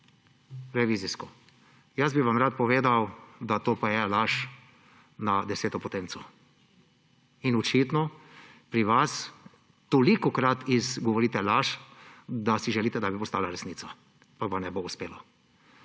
ni všeč. Rad bi vam povedal, da to pa je laž na deseto potenco. Očitno pri vas tolikokrat izgovorite laž, da si želite, da bi postala resnica. Pa vam ne bo uspelo.